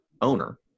owner